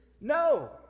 no